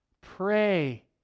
Pray